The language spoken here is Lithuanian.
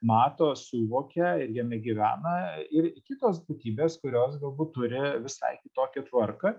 mato suvokia jame gyvena ir kitos būtybės kurios galbūt turi visai kitokią tvarką